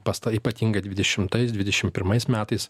pas tą ypatingai dvidešimtais dvidešim pirmais metais